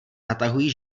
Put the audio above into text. natahují